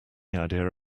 idea